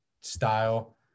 style